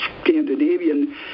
Scandinavian